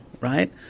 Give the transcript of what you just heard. right